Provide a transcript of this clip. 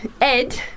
Ed